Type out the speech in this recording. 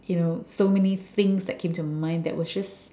you know so many things that came to mind that was just